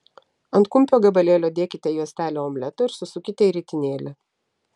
ant kumpio gabalėlio dėkite juostelę omleto ir susukite į ritinėlį